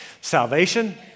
salvation